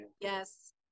yes